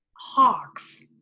hawks